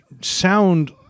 sound